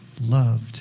loved